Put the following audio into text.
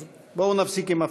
אז בואו נפסיק עם הפריש-מיש.